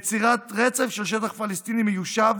יצירת רצף של שטח פלסטיני מיושב